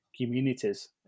communities